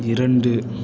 இரண்டு